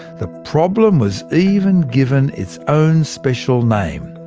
the problem was even given its own special name.